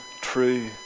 true